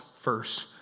first